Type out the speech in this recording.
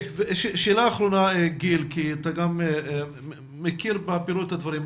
שאלה אחרונה גיל, כי אתה מכיר בפירוט את הדברים.